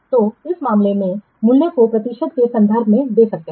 तो इस मामले में मूल्य और प्रतिशत के संदर्भ में दे सकते हैं